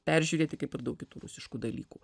peržiūrėti kaip ir daug kitų rusiškų dalykų